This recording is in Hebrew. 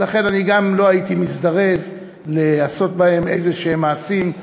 ולכן אני גם לא הייתי מזדרז לעשות בהם איזשהם מעשים,